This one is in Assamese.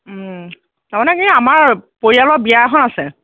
তাৰমানে কি আমাৰ পৰিয়ালৰ বিয়া এখন আছে